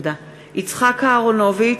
(קוראת בשמות חברי הכנסת) יצחק אהרונוביץ,